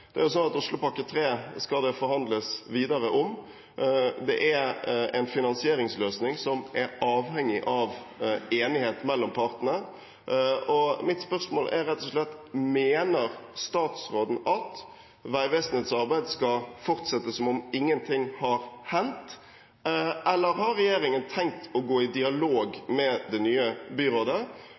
Oslopakke 3 skal det forhandles videre om. Det er en finansieringsløsning som er avhengig av enighet mellom partene. Mitt spørsmål er rett og slett: Mener statsråden at Vegvesenets arbeid skal fortsette som om ingenting har hendt, eller har regjeringen tenkt å gå i dialog med det nye byrådet